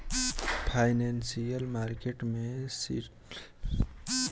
financial market में security के रूप में स्टॉक अउरी बॉन्ड के खरीदल अउरी बेचल जाला